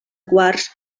quars